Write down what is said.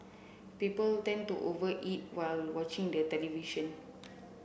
people tend to over eat while watching the television